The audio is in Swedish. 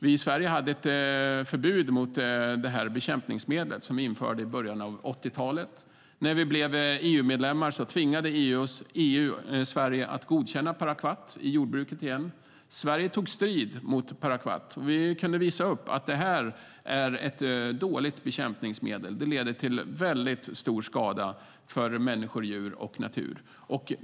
Vi i Sverige hade ett förbud mot bekämpningsmedlet som vi införde i början av 80-talet. När Sverige blev EU-medlem tvingade EU Sverige att godkänna parakvat i jordbruket igen. Sverige tog strid mot parakvat. Vi kunde visa att det är ett dåligt bekämpningsmedel som leder till stor skada för människor, djur och natur.